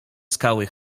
skały